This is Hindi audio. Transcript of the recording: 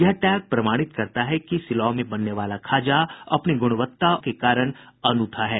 यह टैग प्रमाणित करता है कि सिलाव में बनने वाला खाजा अपनी गुणवत्ता और विशिष्टताओं के कारण अनूठा है